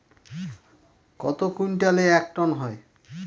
কত কুইন্টালে এক টন হয়?